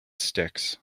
sticks